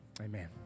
Amen